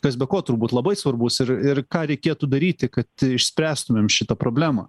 kas be ko turbūt labai svarbus ir ir ką reikėtų daryti kad išspręstumėm šitą problemą